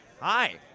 Hi